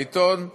בעד נחמן שי,